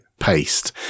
paste